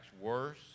worse